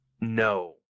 No